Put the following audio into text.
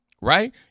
Right